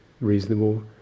reasonable